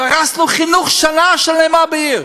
והרסנו חינוך של שנה שלמה בעיר.